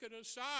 aside